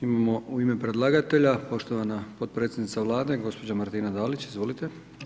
Imamo u ime predlagatelja poštovana potpredsjednica Vlade gospođa Martina Dalić, izvolite.